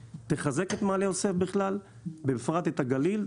תחזק את מעלה יוסף בפרט ואת הגליל בכלל,